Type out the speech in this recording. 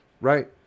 Right